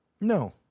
No